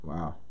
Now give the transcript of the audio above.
Wow